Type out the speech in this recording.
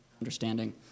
Understanding